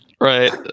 Right